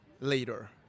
later